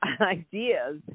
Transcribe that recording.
ideas